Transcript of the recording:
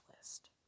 list